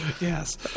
yes